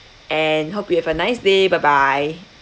and hope you'll have a nice day bye bye